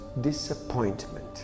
disappointment